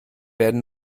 werden